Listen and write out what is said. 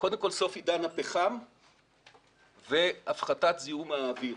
קודם כל, סוף עידן הפחם והפחתת זיהום האוויר.